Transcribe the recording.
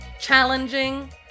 challenging